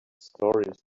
stories